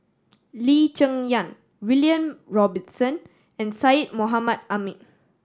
Lee Cheng Yan William Robinson and Syed Mohamed Ahmed